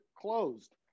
closed